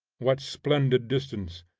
what splendid distance,